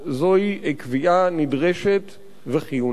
זוהי קביעה נדרשת וחיונית.